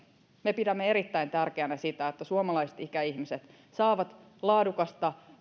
me pidämme erittäin tärkeänä sitä että suomalaiset ikäihmiset saavat laadukasta